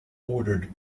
ordered